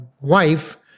wife